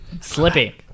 Slippy